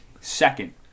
second